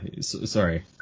sorry